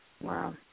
Wow